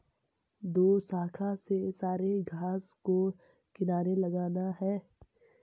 दोशाखा से सारे घास को किनारे लगाना है